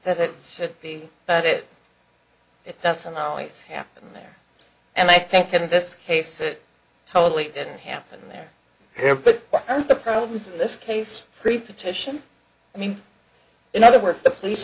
that it should be but it doesn't always happen there and i think in this case it totally didn't happen they're there but the problem is in this case preposition i mean in other words the police